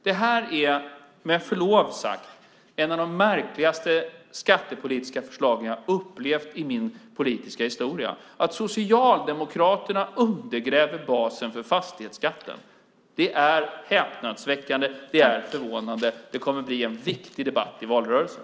Detta är, med förlov sagt, ett av de märkligaste skattepolitiska förslag som jag har upplevt i min politiska historia, att Socialdemokraterna undergräver basen för fastighetsskatten. Det är häpnadsväckande, det är förvånande, och det kommer att bli en viktig debatt i valrörelsen.